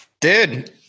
Dude